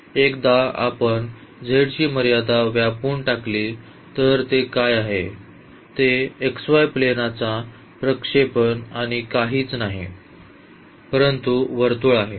एकदा आपण z ची मर्यादा व्यापून टाकली तर ते काय आहे ते xy प्लेनाचा प्रक्षेपण आणि काहीच नाही परंतु वर्तुळ आहे